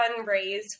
fundraise